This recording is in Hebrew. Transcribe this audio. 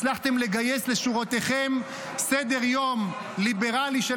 הצלחתם לגייס לשורותיכם סדר-יום ליברלי של